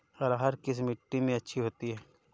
अरहर किस मिट्टी में अच्छी होती है?